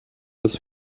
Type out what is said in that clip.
his